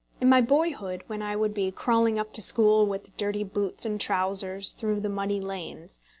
in my boyhood, when i would be crawling up to school with dirty boots and trousers through the muddy lanes,